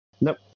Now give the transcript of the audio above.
Nope